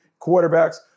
quarterbacks